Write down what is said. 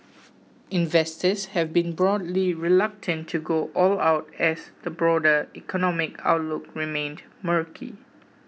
investors have been broadly reluctant to go all out as the broader economic outlook remained murky